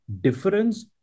difference